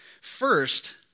First